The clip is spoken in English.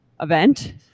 event